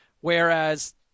Whereas